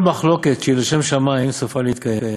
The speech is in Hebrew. כל מחלוקת שהיא לשם שמים, סופה להתקיים,